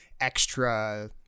extra